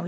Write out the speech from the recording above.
Om